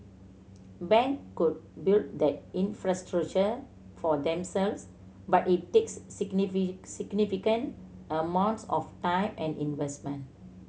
bank could build that infrastructure for themselves but it takes significant amounts of time and investment